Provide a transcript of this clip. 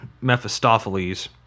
Mephistopheles